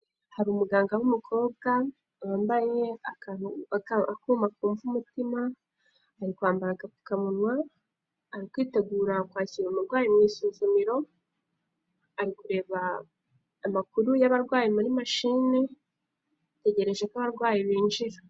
Hari umuganga w'umukobwa wambaye akuma kumva umutima, ari kwambara agapfukamunwa, ari kwitegura kwakira umurwayi mu isuzumiro, ari kureba amakuru y'abarwayi muri mashini ategereje ko abarwayi binjira.